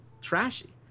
Trashy